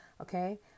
Okay